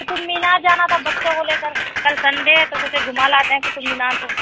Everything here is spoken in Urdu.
قطب مینار جانا تھا بچوں کو لے کر کل سنڈے ہے تو سوچا گُھما لاتے ہیں قطب مینار سے